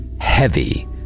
heavy